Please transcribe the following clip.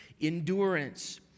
endurance